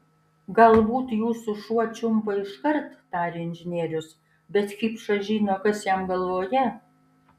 galbūt jūsų šuo čiumpa iškart tarė inžinierius bet kipšas žino kas jam galvoje